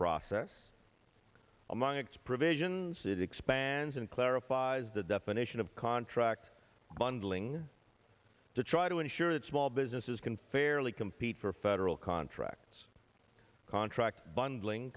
process among its provisions it expands and clarifies the definition of contract bundling to try to ensure that small businesses can fairly compete for federal contracts contract bundling